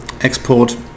Export